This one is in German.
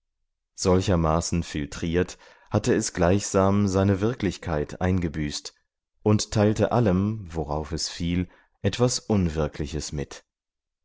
solchermaßen filtriert hatte es gleichsam seine wirklichkeit eingebüßt und teilte allem worauf es fiel etwas unwirkliches mit